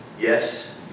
Yes